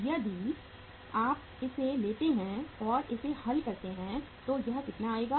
यदि आप इसे लेते हैं और इसे हल करते हैं तो यह कितना आएगा